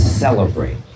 Celebrate